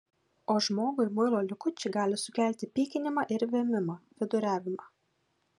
o žmogui muilo likučiai gali sukelti pykinimą ir vėmimą viduriavimą